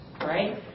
right